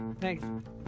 Thanks